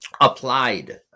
applied